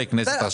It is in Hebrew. חברי כנסת,